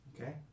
Okay